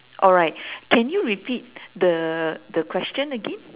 alright can you repeat the the question again